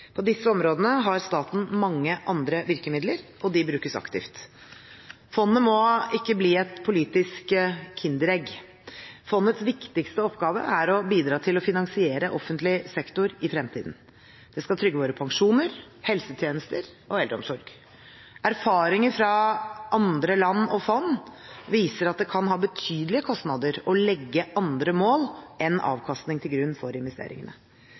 På disse områdene har staten mange andre virkemidler, og de brukes aktivt. Fondet må ikke bli et politisk kinderegg. Fondets viktigste oppgave er å bidra til å finansiere offentlig sektor i fremtiden. Det skal trygge våre pensjoner, helsetjenester og eldreomsorg. Erfaringer fra andre land og fond viser at det kan ha betydelige kostnader å legge andre mål enn avkastning til grunn for investeringene.